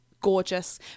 gorgeous